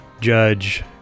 Judge